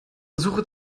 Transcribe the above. suche